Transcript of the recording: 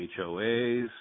HOAs